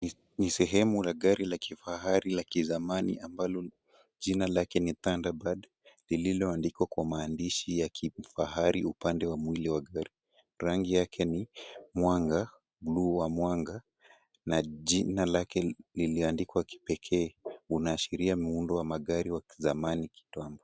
Ni sehemu la gari la kifahari la kizamani ambalo jina lake ni Thunderthird lililoandikwa kwa maandishi ya kifahari upande wa mwili wa gari. Rangi yake ni buluu wa mwanga na jina lake liliandikwa kipekee unaashiria muundo wa magari ya kizamani kidogo.